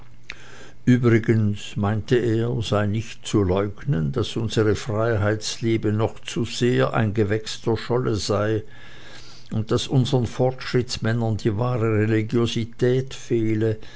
übrigens meinte er sei nicht zu leugnen daß unsere freiheitsliebe noch zu sehr ein gewächs der scholle sei und daß unseren fortschrittsmännern die wahre religiosität fehle